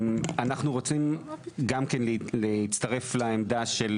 אנחנו רוצים גם כן להצטרף לעמדה של